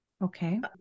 Okay